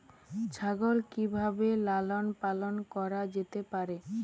ছাগল কি ভাবে লালন পালন করা যেতে পারে?